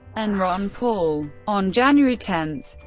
and ron paul. on january ten,